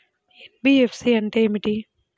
NBFC అంటే ఏమిటి?